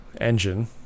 engine